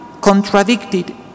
contradicted